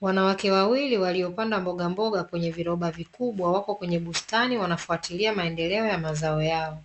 Wanawake wawili waliopanda mbogamboga kwenye viroba vikubwa wako kwenye bustani wanafuatilia maendeleo ya mazao yao.